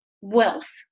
wealth